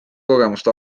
kogemust